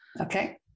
Okay